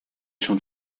schon